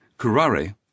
Curare